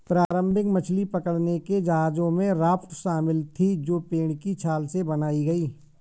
प्रारंभिक मछली पकड़ने के जहाजों में राफ्ट शामिल थीं जो पेड़ की छाल से बनाई गई